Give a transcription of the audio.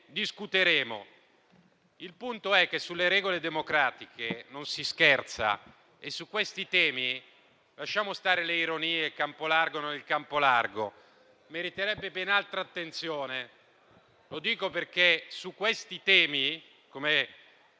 discuteremo. Il punto è che sulle regole democratiche non si scherza e su questi temi lasciamo stare le ironie sul campo largo o non campo largo, che meriterebbero ben altra attenzione. Lo dico perché su questi temi, che